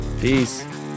Peace